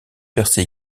percée